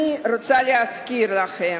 אני רוצה להזכיר לכם,